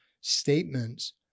statements